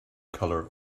color